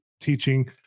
teaching